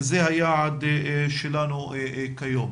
זה היעד שלנו כיום.